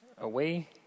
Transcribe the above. away